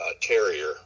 terrier